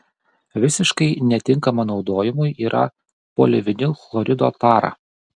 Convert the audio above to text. visiškai netinkama naudojimui yra polivinilchlorido tara